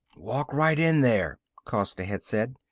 walk right in there, costa had said.